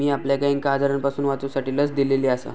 मी आपल्या गायिंका आजारांपासून वाचवूसाठी लस दिलेली आसा